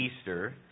Easter